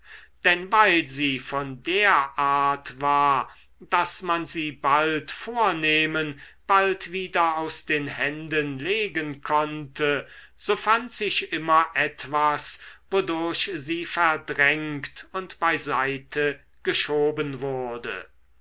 denn weil sie von der art war daß man sie bald vornehmen bald wieder aus den händen legen konnte so fand sich immer etwas wodurch sie verdrängt und bei seite geschoben wurde